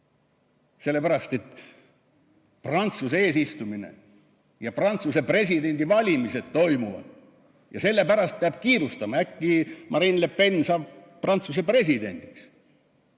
Sellepärast, et Prantsusmaa eesistumine ja Prantsuse presidendi valimised toimuvad. Sellepärast peab kiirustama. Äkki Marine Le Pen saab Prantsuse presidendiks.